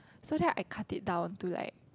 so then I cut it down to like